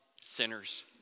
sinners